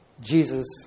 Jesus